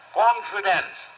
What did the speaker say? confidence